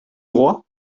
droit